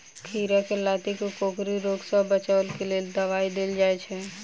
खीरा केँ लाती केँ कोकरी रोग सऽ बचाब केँ लेल केँ दवाई देल जाय छैय?